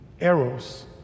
arrows